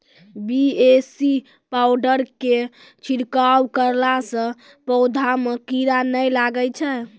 BAC powder के छिड़काव करला से पौधा मे कीड़ा नैय लागै छै?